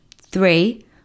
Three